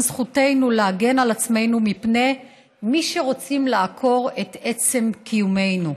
זכותנו להגן על עצמנו מפני מי שרוצים לעקור את עצם קיומנו.